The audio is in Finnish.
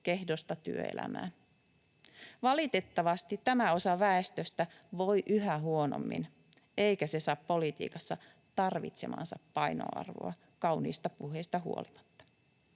kehdosta työelämään. Valitettavasti tämä osa väestöstä voi yhä huonommin eikä se saa politiikassa tarvitsemaansa painoarvoa kauniista puheista huolimatta.